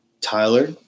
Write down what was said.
Tyler